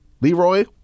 Leroy